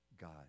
God